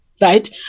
right